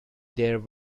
there